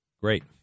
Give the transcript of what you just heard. great